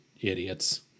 idiots